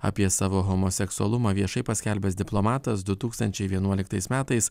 apie savo homoseksualumą viešai paskelbęs diplomatas du tūkstančiai vienuoliktais metais